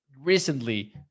recently